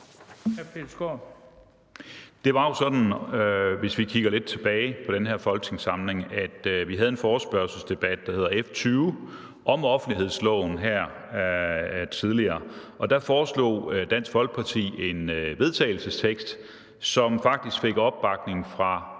det jo sådan, at vi havde en forespørgselsdebat, der hed F 20, om offentlighedsloven her tidligere, og der fremsatte Dansk Folkeparti et forslag til vedtagelse, som faktisk fik opbakning fra